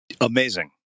Amazing